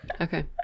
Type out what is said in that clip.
okay